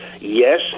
yes